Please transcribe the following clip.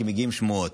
כי מגיעות שמועות.